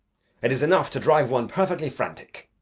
it is enough to drive one perfectly frantic.